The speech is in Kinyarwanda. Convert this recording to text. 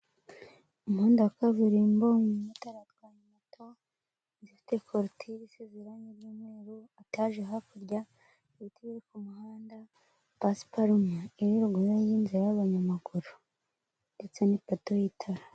Umuhanda wa kaburimbo, umumotari atwaye moto, inzu ifite korotire isize irange n'umweru, etaje hakurya, ibiti biri ku muhanda, pasiparume iri ruguru y'inzira y'abanyamaguru, ndetse n'ipoto y'itara.